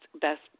best